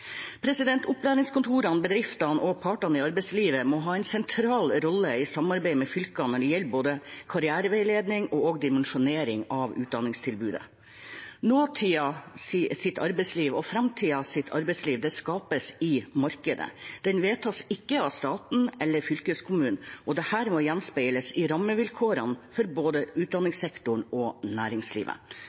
Opplæringskontorene, bedriftene og partene i arbeidslivet må ha en sentral rolle i samarbeid med fylkene når det gjelder både karriereveiledning og dimensjonering av utdanningstilbudene. Nåtidens arbeidsliv og framtidens arbeidsliv skapes i markedet. Det vedtas ikke av staten eller fylkeskommunen, og dette må gjenspeiles i rammevilkårene for både utdanningssektoren og næringslivet.